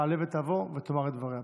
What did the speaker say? שתעלה ותבוא ותאמר את דבריה.